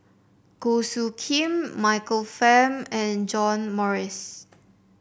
Goh Soo Khim Michael Fam and John Morrice